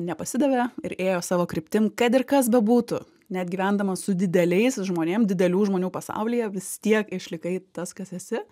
nepasidavė ir ėjo savo kryptim kad ir kas bebūtų net gyvendama su dideliais žmonėm didelių žmonių pasaulyje vis tiek išlikai tas kas esi